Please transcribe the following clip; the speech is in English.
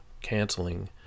canceling